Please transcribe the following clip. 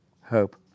hope